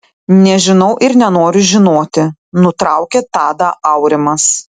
nežinau ir nenoriu žinoti nutraukė tadą aurimas